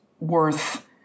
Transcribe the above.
worth